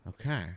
Okay